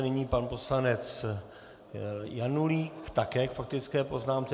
Nyní pan poslanec Janulík také k faktické poznámce.